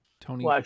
Tony